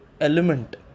element